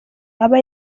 aba